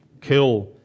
kill